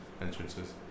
entrances